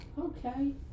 Okay